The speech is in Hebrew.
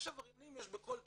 עבריינים יש בכל תחום,